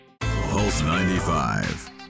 Pulse95